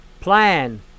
plan